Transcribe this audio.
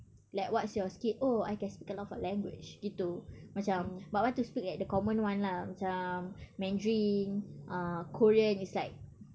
like what's you skill oh I can speak a lot of language gitu macam but I want to speak like the common one lah macam mandarin uh korean it's like